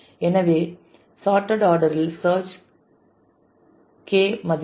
எனவே sorted order இல் search K மதிப்பு